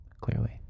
clearly